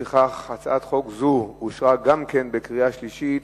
לפיכך, הצעת חוק זו אושרה גם כן בקריאה שלישית,